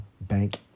bank